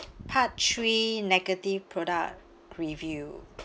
part three negative product preview